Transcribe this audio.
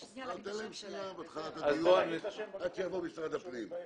שיגידו את השמות שלהם לפני שיגיעו ממשרד הפנים.